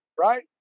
right